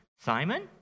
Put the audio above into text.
Simon